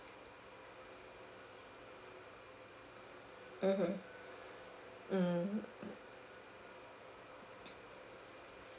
mmhmm mm